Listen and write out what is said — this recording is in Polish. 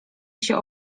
się